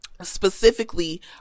Specifically